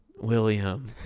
William